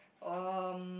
um